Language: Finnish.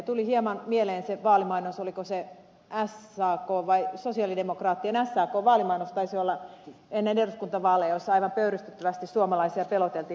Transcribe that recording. tuli hieman mieleen se vaalimainos oliko se sakn vai sosialidemokraattien sakn vaalimainos taisi olla ennen eduskuntavaaleja jossa aivan pöyristyttävästi suomalaisia peloteltiin